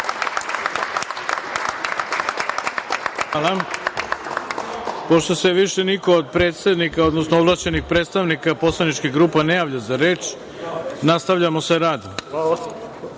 Hvala. Pošto se više niko od predsednika, odnosno od ovlašćenih predstavnika poslaničkih grupa ne javlja za reč, nastavljamo sa